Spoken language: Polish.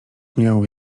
mię